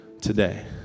today